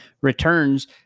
returns